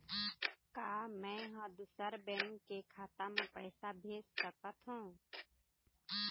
का मैं ह दूसर बैंक के खाता म पैसा भेज सकथों?